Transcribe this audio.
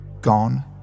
gone